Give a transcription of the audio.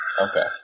Okay